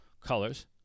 colors